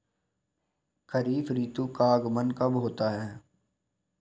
खरीफ ऋतु का आगमन कब होता है?